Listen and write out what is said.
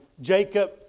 Jacob